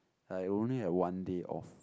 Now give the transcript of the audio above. I only have one day off